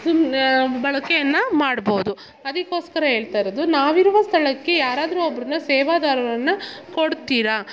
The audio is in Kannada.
ಸಿಮ್ ಬಳಕೆಯನ್ನು ಮಾಡ್ಬಹುದು ಅದಕ್ಕೋಸ್ಕರ ಹೇಳ್ತಾಯಿರೋದು ನಾವಿರುವ ಸ್ಥಳಕ್ಕೆ ಯಾರಾದರೂ ಒಬ್ರನ್ನ ಸೇವಾದಾರರನ್ನು ಕೊ ರಾ